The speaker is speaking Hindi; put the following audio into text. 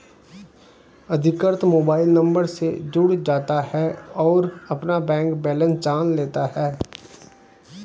अधिकृत मोबाइल नंबर से जुड़ जाता है और अपना बैंक बेलेंस जान लेता है